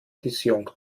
disjunkt